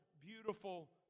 beautiful